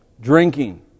drinking